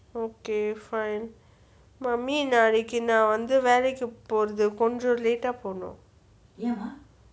okay fine mummy நாளைக்கு நா வந்து வேலைக்கு போரது கொஞ்சம்:nalaikku naa vanthu velaikku porathu konjam late ah போனோம்:ponom